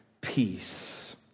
peace